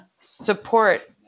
support